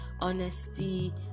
honesty